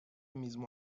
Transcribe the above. mismo